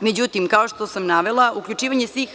Međutim, kao što sam navela, uključivanje svih